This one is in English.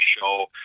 show